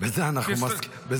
בזה אנחנו מסכימים.